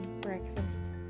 breakfast